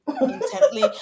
intently